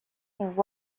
voient